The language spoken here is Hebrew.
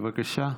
בבקשה.